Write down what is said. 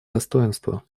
достоинства